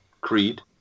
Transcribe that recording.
Creed